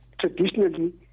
traditionally